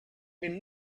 been